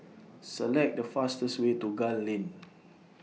Select The fastest Way to Gul Lane